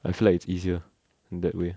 I feel like it's easier that way